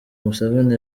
museveni